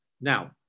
Now